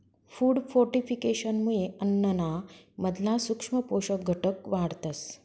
food फोर्टिफिकेशनमुये अन्नाना मधला सूक्ष्म पोषक घटक वाढतस